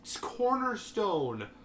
cornerstone